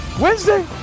Wednesday